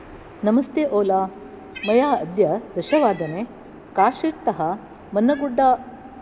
नमस्ते ओला मया अद्य दशवादने कार्शिट्तः मन्नगुड्डा